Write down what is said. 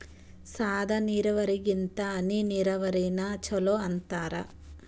ಸಾದ ನೀರಾವರಿಗಿಂತ ಹನಿ ನೀರಾವರಿನ ಚಲೋ ಅಂತಾರ